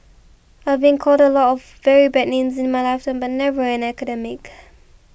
I've been called a lot of very bad names in my lifetime but never an academic